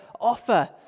offer